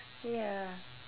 ya